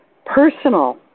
Personal